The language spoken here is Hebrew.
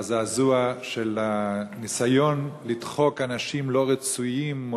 בזעזוע על הניסיון לדחוק אנשים לא רצויים,